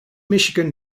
michigan